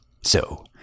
So